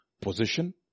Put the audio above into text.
position